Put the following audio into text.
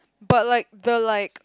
but like the like